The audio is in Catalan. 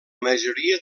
majoria